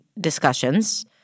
discussions